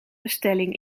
bestelling